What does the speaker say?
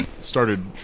started